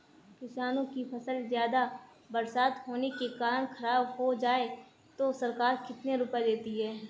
किसानों की फसल ज्यादा बरसात होने के कारण खराब हो जाए तो सरकार कितने रुपये देती है?